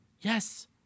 yes